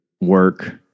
work